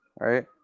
right